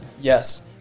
Yes